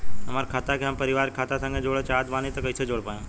हमार खाता के हम अपना परिवार के खाता संगे जोड़े चाहत बानी त कईसे जोड़ पाएम?